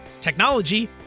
technology